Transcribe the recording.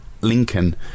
Lincoln